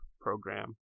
program